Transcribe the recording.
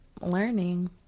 learning